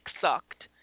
sucked